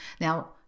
now